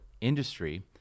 industry